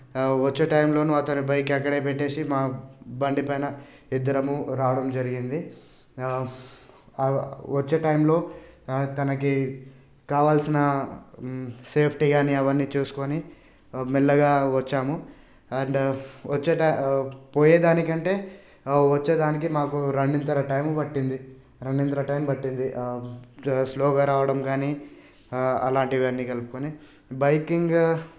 వచ్చే టైమ్లో అతని బైక్ అక్కడే పెట్టేసి మా బండి పైన ఇద్దరము రావడం జరిగింది వచ్చే టైమ్లో తనకి కావాల్సిన సేఫ్టీ గానీ అవన్నీ చూసుకొని మెల్లగా వచ్చాము అండ్ వచ్చే టైమ్ పోయేదానికంటే వచ్చేదానికి మాకు రెండు ఇంతలా టైమ్ పట్టింది రెండు ఇంతలా టైమ్ పట్టింది స్లోగా రావడం గానీ అలాంటివన్నీ కలుపుకొని బైకింగ్